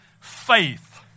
faith